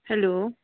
hello